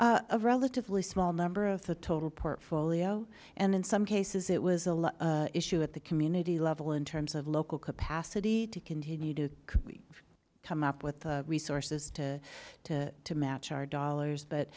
in a relatively small number of the total portfolio and in some cases it was a lot issue at the community level in terms of local capacity to continue to come up with the resources to to to match our dollars